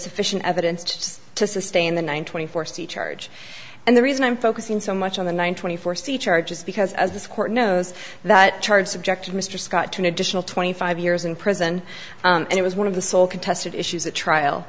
sufficient evidence to sustain the one twenty four c charge and the reason i'm focusing so much on the nine twenty four c charges because as this court knows that charge subjected mr scott to an additional twenty five years in prison and it was one of the sole contested issues at trial